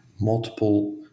multiple